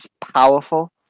powerful